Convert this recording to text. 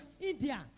India